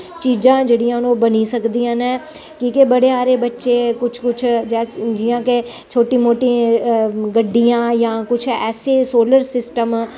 चीजां जेह्ड़िया न ओह् बनी सकदियां न कि के बड़े सारे बच्चे कुछ कुछ जि'यां के छोटी मोटी गड्डियां जां कुछ ऐसे सोलर सिस्टम